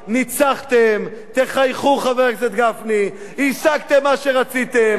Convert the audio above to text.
ניצחתם, תחייכו, חבר הכנסת גפני, השגתם מה שרציתם.